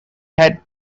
had